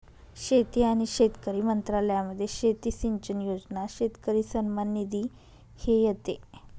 शेती आणि शेतकरी मंत्रालयामध्ये शेती सिंचन योजना, शेतकरी सन्मान निधी हे येते